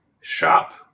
shop